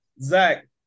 Zach